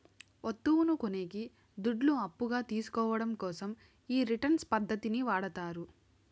వత్తువును కొనేకి దుడ్లు అప్పుగా తీసుకోవడం కోసం ఈ రిటర్న్స్ పద్ధతిని వాడతారు